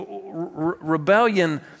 Rebellion